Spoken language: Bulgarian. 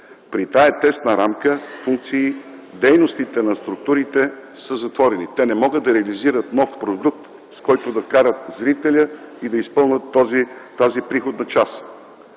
при тая тясна рамка, функции, дейностите на структурите са затворени. Те не могат да реализират нов продукт, с който да вкарат зрителя и да изпълнят тази приходна част.